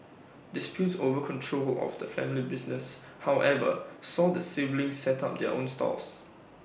disputes over control of the family business however saw the siblings set up their own stalls